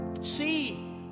see